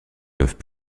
peuvent